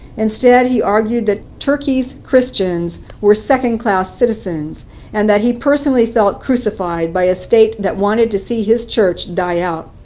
instead, he argued that turkey's christians were second class citizens and that he personally felt crucified by a state that wanted to see his church die out.